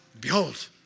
Behold